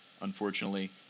unfortunately